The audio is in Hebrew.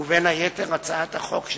ובין היתר הצעת החוק שלפנינו.